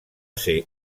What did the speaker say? ser